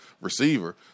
receiver